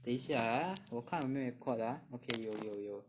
等一下 ah 我看我又没有 record ah okay 有有有